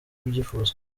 ubyifuza